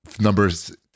numbers